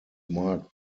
marked